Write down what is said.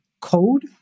code